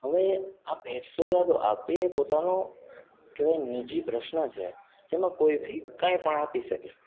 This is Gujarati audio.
હવે આ ભેટ સોગાદો આપવી એ પોતાનો કહેવાય નિજી પ્રશ્ન છે જેમાં કોઈ બી કાંઈ પણ આપી શકે